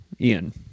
Ian